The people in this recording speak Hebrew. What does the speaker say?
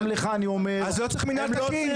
גם לך אני אומר- -- אז לא צריך מינהל תקין.